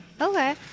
Okay